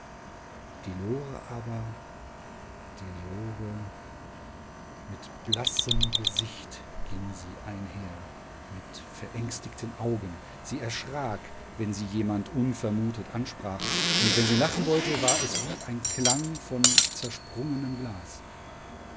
die lore aber die lore mit blassem gesicht ging sie einher mit verängstigten augen sie erschrak wenn sie jemand unvermutet ansprach und wenn sie lachen wollte war es wie ein klang von zersprungenem glas